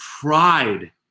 pride